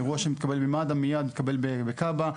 אירוע שמתקבל ממד"א מיד מתקבל בכב"ה.